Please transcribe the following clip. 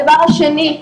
הדבר השני,